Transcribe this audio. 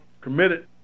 committed